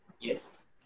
Yes